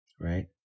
Right